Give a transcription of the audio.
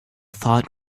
thought